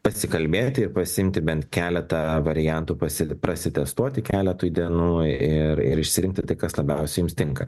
pasikalbėti ir pasiimti bent keletą variantų pasi prasitestuoti keletui dienų ir ir išsirinkti tai kas labiausiai jums tinka